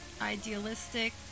idealistic